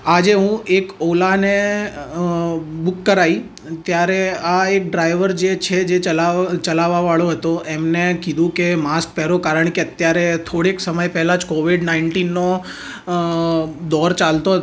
આજે હું એક ઓલાને બૂક કરાવી ત્યારે આ એક ડ્રાઇવર જે છે જે ચલાવ ચલાવાવાળો હતો એમને કીધું કે માસ્ક પેહરો કારણકે અત્યારે થોડેક સમય પહેલાં જ કોવિડ નાઇનટીનનો દોર ચાલતો હતો